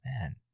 man